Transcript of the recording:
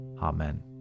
Amen